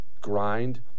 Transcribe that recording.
grind